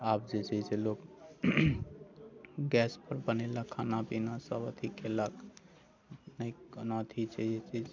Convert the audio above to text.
आब जे छै से लोक गैस पर बनेलक खाना पीना सभ अथि कयलक नहि कोनो अथि छै जे